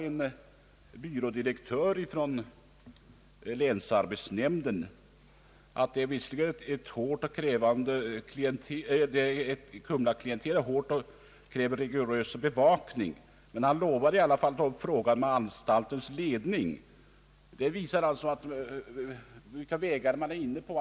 En byrådirektör från länsarbetsnämnden svarade att Kumlaklientelet visserligen krävde rigorös bevakning, men han lovade att ta upp frågan med anstaltens ledning. Detta visar vilka vägar man är inne på.